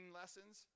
lessons